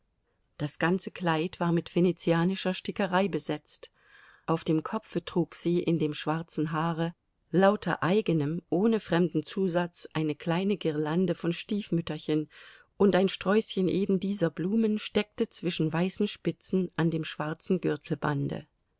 das ganze kleid war mit venezianischer stickerei besetzt auf dem kopfe trug sie in dem schwarzen haare lauter eigenem ohne fremden zusatz eine kleine girlande von stiefmütterchen und ein sträußchen ebendieser blumen steckte zwischen weißen spitzen an dem schwarzen